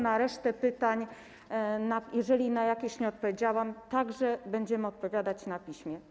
Na resztę pytań, jeżeli na jakieś nie odpowiedziałam, także będziemy odpowiadać na piśmie.